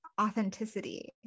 authenticity